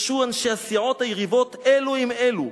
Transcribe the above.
התכתשו אנשי הסיעות היריבות אלו עם אלו,